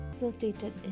rotated